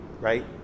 right